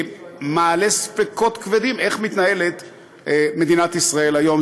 שמעלה ספקות כבדים איך מתנהלת מדינת ישראל היום,